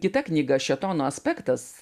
kita knyga šėtono aspektas